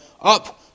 Up